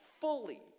fully